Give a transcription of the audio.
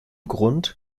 grund